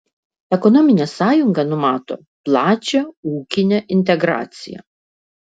ekonominė sąjunga numato plačią ūkinę integraciją